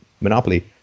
monopoly